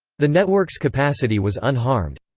the network's capacity was unharmed.